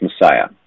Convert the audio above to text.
messiah